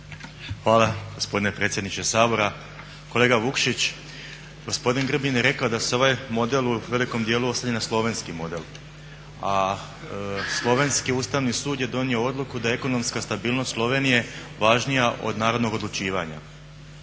Hvala gospodine predsjedniče Sabora. Kolega Vukšić, gospodin Grbin je rekao da se ovaj model u velikom dijelu oslanja na slovenski model a Slovenski ustavni sud je donio odluku da je ekonomska stabilnost Slovenije važnija od narodnog odlučivanja.